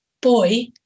Boy